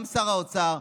גם שר האוצר,